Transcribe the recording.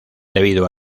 debido